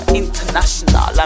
international